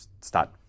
start